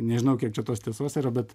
nežinau kiek čia tos tiesos yra bet